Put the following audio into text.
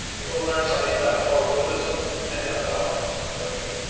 we will learn something about both buddhism and about contemplation.